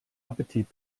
appetit